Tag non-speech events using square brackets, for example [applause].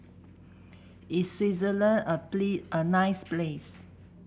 is Swaziland a [unintelligible] a nice place